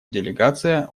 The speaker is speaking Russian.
делегация